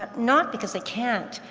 but not because they can't,